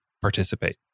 Participate